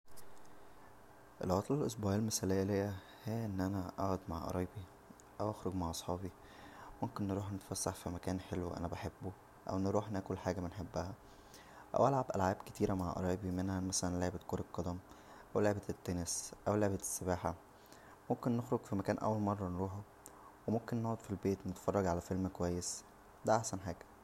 العطله الاسبوعيه المثاليه ليا هى ان انا اقعد مع قرايبى او اخرج مع صحابى ممكن نروح نتفسح فى مكان حلو انا بحبه او نروح ناكل حاجه انا بحبها او العب العاب كتير مع قرايبى منها مثلا لعبة كرة القدم او لعبى التنس او لعبة السباحه ممكن نخرج فمكان اول مره نروحه وممكن نقعد فالبيت نتفرج على فيلم كويس دا احسن حاجه